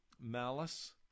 malice